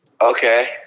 Okay